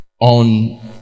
on